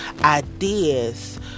ideas